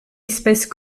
espèce